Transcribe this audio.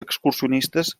excursionistes